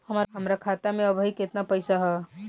हमार खाता मे अबही केतना पैसा ह?